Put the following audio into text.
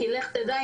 כי לך תדע,